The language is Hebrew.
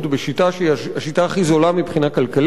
בשיטה שהיא השיטה הכי זולה מבחינה כלכלית,